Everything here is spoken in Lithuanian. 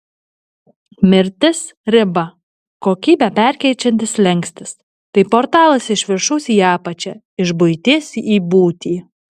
mirtis riba kokybę perkeičiantis slenkstis tai portalas iš viršaus į apačią iš buities į būtį